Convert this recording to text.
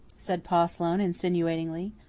said pa sloane insinuatingly.